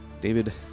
david